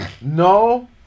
no